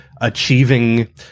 achieving